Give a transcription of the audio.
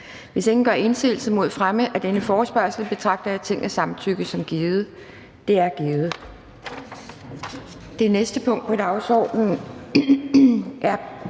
Hvis ingen gør indsigelse mod fremme af denne forespørgsel, betragter jeg Tingets samtykke som givet. Det er givet.